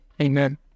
Amen